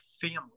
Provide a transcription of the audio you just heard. family